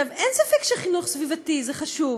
עכשיו, אין ספק שחינוך סביבתי זה חשוב.